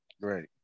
Right